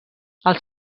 els